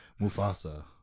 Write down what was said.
Mufasa